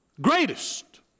greatest